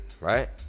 Right